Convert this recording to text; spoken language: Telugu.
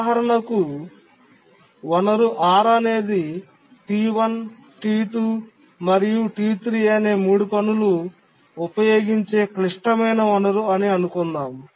ఉదాహరణకు వనరు R అనేది T1 T2 మరియు T3 అనే 3 పనులు ఉపయోగించే క్లిష్టమైన వనరు అని అనుకుందాం